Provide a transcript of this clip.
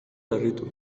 harritu